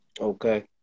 Okay